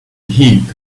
heed